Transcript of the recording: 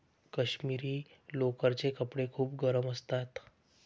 काश्मिरी लोकरचे कपडे खूप गरम असतात